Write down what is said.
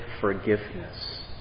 forgiveness